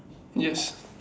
yes